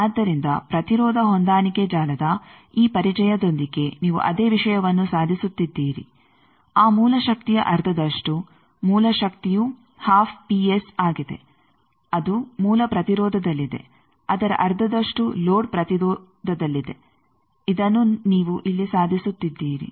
ಆದ್ದರಿಂದ ಪ್ರತಿರೋಧ ಹೊಂದಾಣಿಕೆ ಜಾಲದ ಈ ಪರಿಚಯದೊಂದಿಗೆ ನೀವು ಅದೇ ವಿಷಯವನ್ನು ಸಾಧಿಸುತ್ತಿದ್ದೀರಿ ಆ ಮೂಲ ಶಕ್ತಿಯ ಅರ್ಧದಷ್ಟು ಮೂಲ ಶಕ್ತಿಯು ಆಗಿದೆ ಅದು ಮೂಲ ಪ್ರತಿರೋಧದಲ್ಲಿದೆ ಅದರ ಅರ್ಧದಷ್ಟು ಲೋಡ್ ಪ್ರತಿರೋಧದಲ್ಲಿದೆ ಇದನ್ನು ನೀವು ಇಲ್ಲಿ ಸಾಧಿಸುತ್ತಿದ್ದೀರಿ